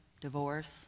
divorce